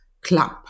club